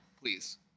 please